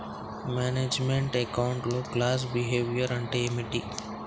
Manage meant account లో cost behaviour అంటే ఏమిటి?